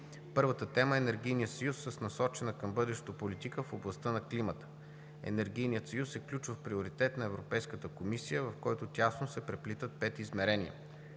Първата тема е Енергийният съюз с насочена към бъдещето политика в областта на климата. Енергийният съюз е ключов приоритет на Европейската комисия, в който тясно се преплитат пет измерения: